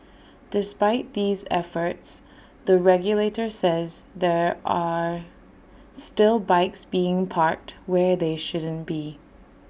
despite these efforts the regulator says there are still bikes being parked where they shouldn't be